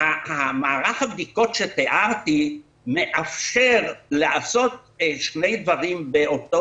מערך הבדיקות שתיארתי מאפשר לעשות שני דברים באותו